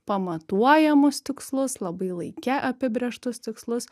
pamatuojamus tikslus labai laike apibrėžtus tikslus